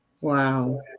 Wow